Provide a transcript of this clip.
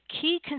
key